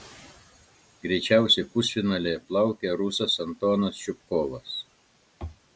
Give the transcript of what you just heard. greičiausiai pusfinalyje plaukė rusas antonas čupkovas